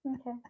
Okay